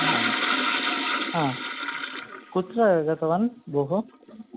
आम् आ कुत्र गतवान् भोः